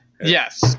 Yes